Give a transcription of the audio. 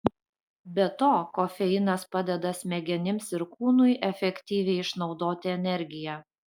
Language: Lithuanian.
be to kofeinas padeda smegenims ir kūnui efektyviai išnaudoti energiją